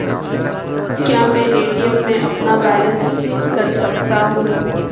क्या मैं ए.टी.एम में अपना बैलेंस चेक कर सकता हूँ?